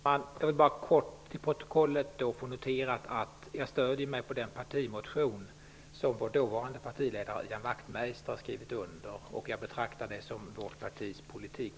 Herr talman! Jag vill bara kort till protokollet få noterat att jag stöder mig på den partimotion som vår dåvarande partiledare Ian Wachtmeister har skrivit under. Jag betraktar den fortfarande som vårt partis politik.